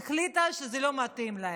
החליטה שזה לא מתאים לה.